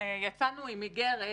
יצאנו עם איגרת,